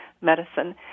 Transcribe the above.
medicine